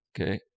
okay